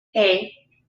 hey